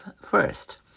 first